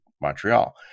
Montreal